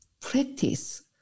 practice